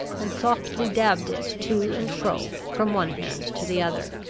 and softly dabbed it to and fro, from one hand to the other,